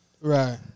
Right